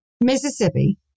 Mississippi